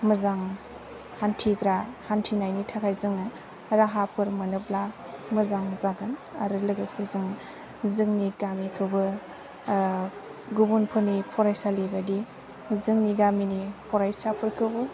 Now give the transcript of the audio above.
मोजां हान्थिग्रा हान्थिनायनि थाखाय जोङो राहाफोर मोनोब्ला मोजां जागोन आरो लोगोसे जोङो जोंनि गामिखौबो गुबुनफोरनि बायदि जोंनि गामिनि फरायसाफोरखौबो